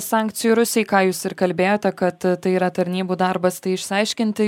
sankcijų rusijai ką jūs ir kalbėjote kad tai yra tarnybų darbas tai išsiaiškinti